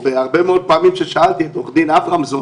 ובהרבה מאוד פעמים ששאלתי את עו"ד אברמזון